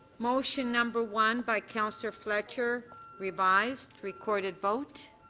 motion number one by councillor fletcher revise the, recorded vote.